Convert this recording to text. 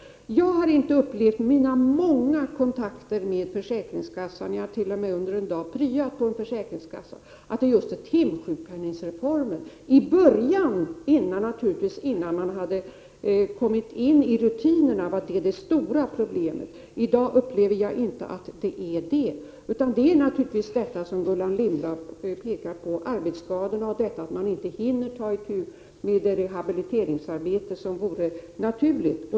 Jag har vid mina många kontakter med försäkringskassan — jag har t.o.m. pryat en dag på en försäkringskassa — inte upplevt att det är just timsjukpenningsreformen som innebär problem. Innan rutinerna hade blivit invanda var detta det stora problemet, men i dag upplever jag inte att detta är det stora problemet. Det är naturligtvis, som Gullan Lindblad pekade på, arbetsskadorna och det faktum att personalen inte hinner ta itu med rehabiliteringsarbetet som är problemet.